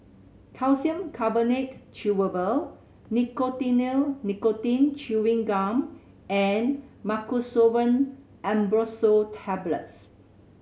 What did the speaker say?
Calcium Carbonate Chewable Nicotinell Nicotine Chewing Gum and Mucosolvan Ambroxol Tablets